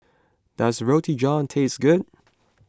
does Roti John taste good